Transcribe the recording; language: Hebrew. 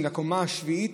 האוטובוסים, לקומה השביעית,